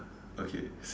okay same